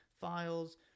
files